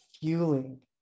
fueling